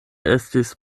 estis